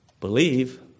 Believe